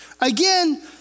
Again